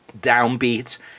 downbeat